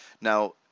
Now